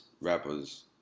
rappers